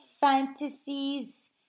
fantasies